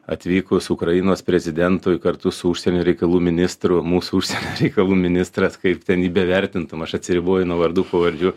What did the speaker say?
atvykus ukrainos prezidentui kartu su užsienio reikalų ministru mūsų užsienio reikalų ministras kaip ten jį bevertintum aš atsiriboju nuo vardų pavardžių